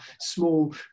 small